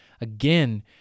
Again